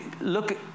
look